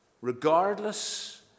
Regardless